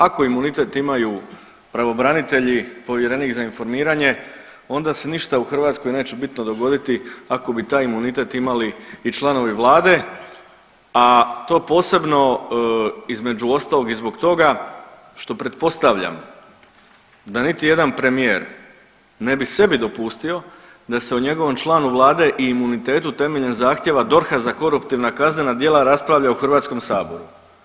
Ako imunitet imaju pravobranitelji, povjerenik za informiranje onda se ništa u Hrvatskoj neće bitno dogoditi ako bi taj imunitet imali i članovi vlade, a to posebno između ostalog i zbog toga što pretpostavljam da niti jedan premijer ne bi sebi dopustio da se o njegovom članu vlade i imunitetu temeljem zahtjeva DORH-a za koruptivna kaznena djela raspravlja u HS-u.